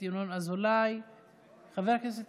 חבר הכנסת